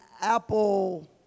apple